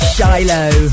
Shiloh